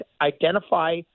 identify